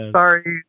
sorry